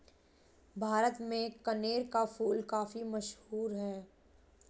भारत में कनेर का फूल काफी मशहूर है